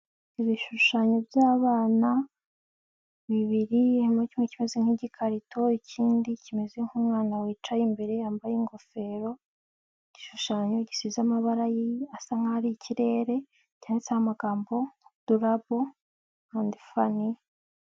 Ibishushanyo by'abana, bibiri harimo kimwe kimeze nk'igikarito, ikindi kimeze nk'umwana wicaye imbere yambaye ingofero, igishushanyo gisize amabara asa nk'aho ari ikirere, cyanditseho amagambo dulabo andi fani.